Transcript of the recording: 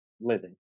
living